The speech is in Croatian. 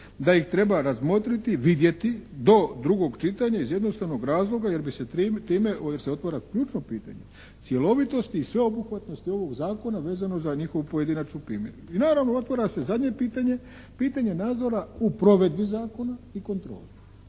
da ih treba razmotriti, vidjeti do drugog čitanja iz jednostavnog razloga jer se time otvara ključno pitanje cjelovitosti i sveobuhvatnosti ovog zakona vezano za njihovu pojedinačnu primjenu. I naravno otvara se zadnje pitanje, pitanje nadzora u provedbi zakona i kontroli.